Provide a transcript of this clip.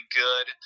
good